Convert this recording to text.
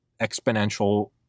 exponential